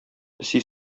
песи